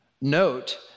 Note